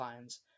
lines